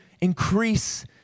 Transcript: increase